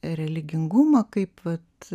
religingumą kaip vat